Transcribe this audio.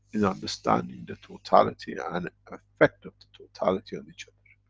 in understanding the totality and effect of the totality on each other.